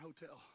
hotel